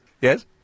Yes